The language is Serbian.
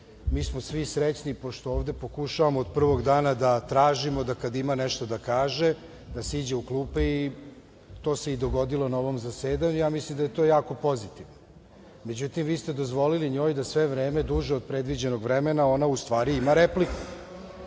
mi smo svi srećni pošto ovde pokušavamo od prvog dana da tražimo da kada ima nešto da kaže da siđe u klupe i to se i dogodilo na ovom zasedanju, i ja mislim da je to jako pozitivno. Međutim, vi ste dozvolili njoj da sve vreme duže od predviđenog vremena ona ustvari ima repliku.